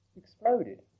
exploded